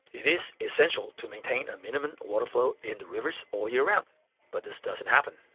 it is essential to maintain a minimum water flow in the rivers all year round but this doesn't happen.